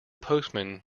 postman